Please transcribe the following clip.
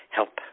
Help